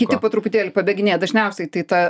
kiti po truputėlį pabėginėja dažniausiai tai ta